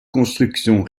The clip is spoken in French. construction